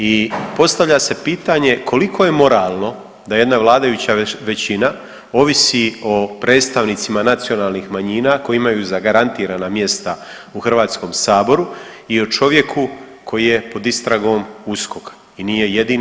I postavlja se pitanje koliko je moralno da jedna vladajuća većina ovisi o predstavnicima nacionalnih manjina koji imaju zagarantirana mjesta u Hrvatskom saboru i o čovjeku koji je pod istragom USKOK-a i nije jedini?